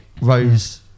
rose